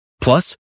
Plus